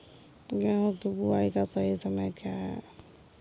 गेहूँ की बुआई का सही समय क्या है?